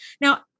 Now